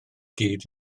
gyd